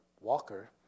walker